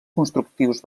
constructius